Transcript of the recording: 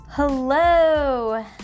Hello